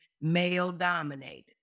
male-dominated